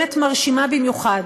מרשימה במיוחד,